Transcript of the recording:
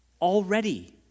Already